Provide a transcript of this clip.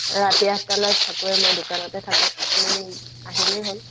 ৰাতি আঠটালৈকে থাকোঁৱে মই দোকানতে থাকোঁ আপুনি আহিলেই হ'ল